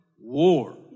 war